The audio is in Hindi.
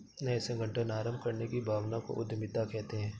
नये संगठन आरम्भ करने की भावना को उद्यमिता कहते है